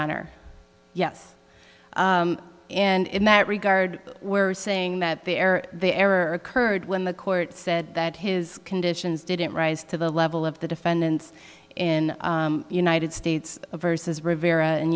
honor yes and in that regard we're saying that the error the error occurred when the court said that his conditions didn't rise to the level of the defendants in united states versus rivera and